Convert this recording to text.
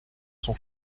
son